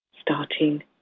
starting